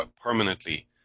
permanently